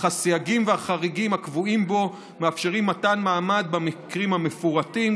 אך הסייגים והחריגים הקבועים בו מאפשרים מתן מעמד במקרים המפורטים,